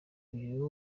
uyu